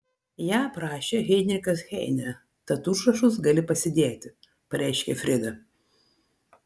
ją aprašė heinrichas heinė tad užrašus gali pasidėti pareiškė frida